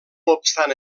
obstant